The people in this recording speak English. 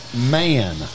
man